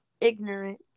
Ignorant